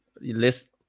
list